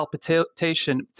palpitation